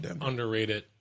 underrated